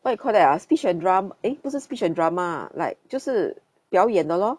what you call that ah speech and drama eh 不是 speech and drama like 就是表演的 lor